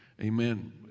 amen